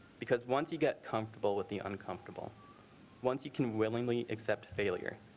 because once you get comfortable with the uncomfortable once you can willingly accept failure.